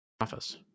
Office